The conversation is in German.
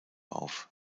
auf